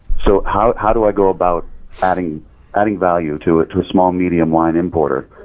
so how how do i go about adding adding value to to a small medium win importer?